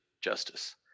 justice